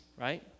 right